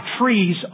trees